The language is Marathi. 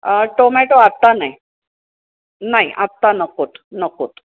टोमॅटो आता नाही नाही आता नको आहेत नको आहेत